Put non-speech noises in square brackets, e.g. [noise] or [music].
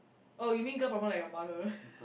oh you mean girl problem like your mother [laughs]